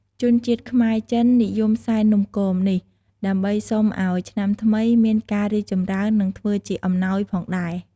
ជនជាតិខ្មែរ-ចិននិយមសែននំគមនេះ ដើម្បីសុំឱ្យឆ្នាំថ្មីមានការរីកចម្រើននិងធ្វើជាអំណោយផងដែរ។